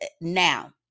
Now